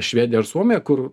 švediją ar suomiją kur